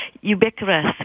ubiquitous